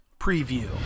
Preview